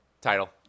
title